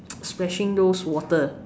splashing those water